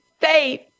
faith